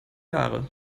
jahre